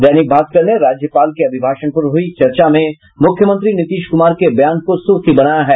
दैनिक भास्कर ने राज्यपाल के अभिभाषण पर हुई चर्चा में मुख्यमंत्री नीतीश कुमार के बयान को सुर्खी बनाया है